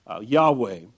Yahweh